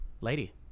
Lady